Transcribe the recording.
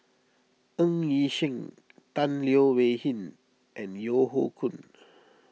Ng Yi Sheng Tan Leo Wee Hin and Yeo Hoe Koon